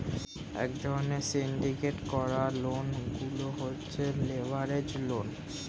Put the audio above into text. এক ধরণের সিন্ডিকেট করা লোন গুলো হচ্ছে লেভারেজ লোন